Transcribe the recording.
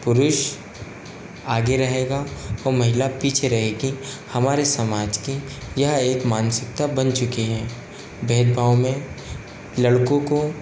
पुरुष आगे रहेगा और महिला पीछे रहेगी हमारे समाज की यह एक मानसिकता बन चुकी है भेदभाव में लड़कों को